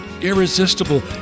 irresistible